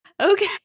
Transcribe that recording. Okay